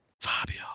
Fabio